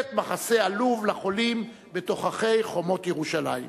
בית-מחסה עלוב לחולים בתוככי חומות ירושלים.